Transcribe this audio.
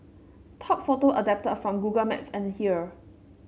top photo adapted from Google Maps and here